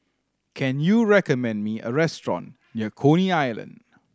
can you recommend me a restaurant near Coney Island